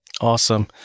Awesome